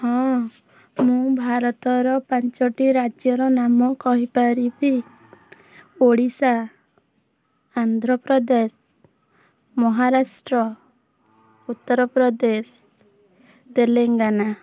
ହଁ ମୁଁ ଭାରତର ପାଞ୍ଚୋଟି ରାଜ୍ୟର ନାମ କହିପାରିବି ଓଡ଼ିଶା ଆନ୍ଧ୍ରପ୍ରଦେଶ ମହାରାଷ୍ଟ୍ର ଉତ୍ତରପ୍ରଦେଶ ତେଲେଙ୍ଗାନା